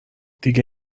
دیگه